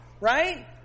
right